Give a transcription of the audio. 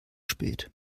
spät